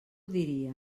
diria